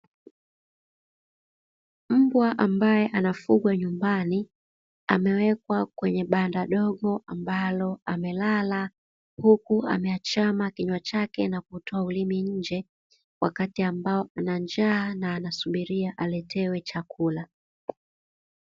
Mbwa ambaye anafugwa nyumbani, amewekwa kwenye banda dogo ambalo amelala huku ameachama kinywa chake na kutoa ulimi nje, wakati ambao ana njaa na anasubiria aletewe chakula.